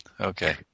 Okay